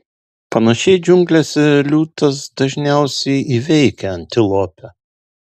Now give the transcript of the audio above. panašiai džiunglėse liūtas dažniausiai įveikia antilopę